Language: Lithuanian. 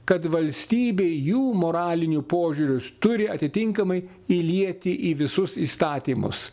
kad valstybė jų moralinių požiūrius turi atitinkamai įlieti į visus įstatymus